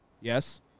Yes